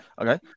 Okay